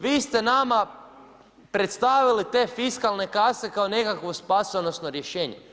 Vi ste nama predstavili te fiskalne kase kao nekakvu spasonosno rješenje.